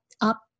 up